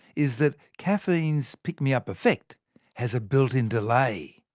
is that caffeine's pick-me-up effect has a built-in delay.